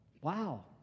Wow